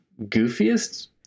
goofiest